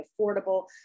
affordable